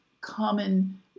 common